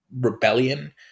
rebellion